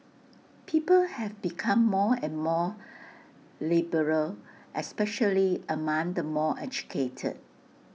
people have become more and more liberal especially among the more educated